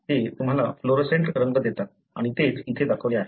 ते तुम्हाला फ्लोरोसेंट रंग देतात आणि तेच इथे दाखवले आहे